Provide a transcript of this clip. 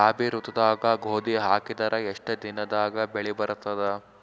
ರಾಬಿ ಋತುದಾಗ ಗೋಧಿ ಹಾಕಿದರ ಎಷ್ಟ ದಿನದಾಗ ಬೆಳಿ ಬರತದ?